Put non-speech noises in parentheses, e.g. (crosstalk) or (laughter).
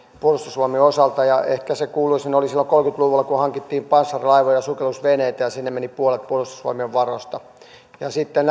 puolustusvoimien osalta ehkä se kuuluisin oli silloin kolmekymmentä luvulla kun hankittiin panssarilaivoja ja sukellusveneitä ja sinne meni puolet puolustusvoimien varoista sitten (unintelligible)